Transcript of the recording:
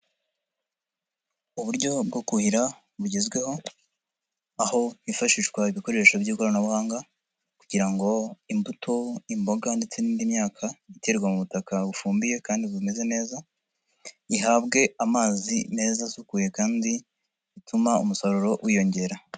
Uburyo bwo kuhira bugezweho aho hifashishwa ibikoresho by'ikoranabuhanga kugira ngo imbuto, imboga ndetse n'indi myaka iterwa mu butaka bufumbiye kandi bumeze neza ihabwe amazi meza asukuye kandi atuma umusaruro wiyongera.